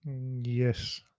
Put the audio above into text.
Yes